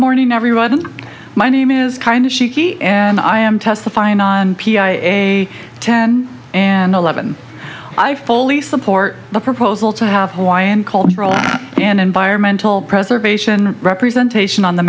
morning everyone my name is kind of she and i am testifying on pih ten and eleven i fully support the proposal to have hawaiian called an environmental preservation representation on the